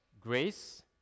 grace